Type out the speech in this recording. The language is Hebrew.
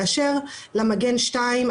באשר למגן 2,